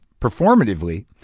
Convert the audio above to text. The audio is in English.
performatively